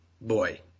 boy